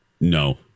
No